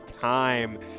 time